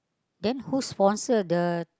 then who sponsor the